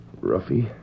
Ruffy